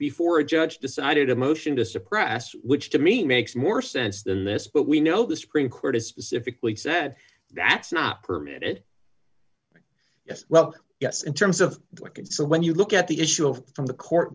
before a judge decided a motion to suppress which to me makes more sense than this but we know the supreme court has specifically said that's not permitted yes well yes in terms of so when you look at the issue of from the court